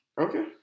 Okay